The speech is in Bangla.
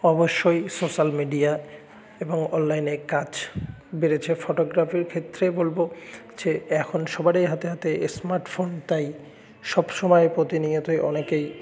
অবশ্যই সোশ্যাল মিডিয়া এবং অনলাইনে কাজ বেড়েছে ফটোগ্রাফির ক্ষেত্রে বলব যে এখন সবারই হাতে হাতে স্মার্টফোন তাই সবসময় প্রতিনিয়তই অনেকেই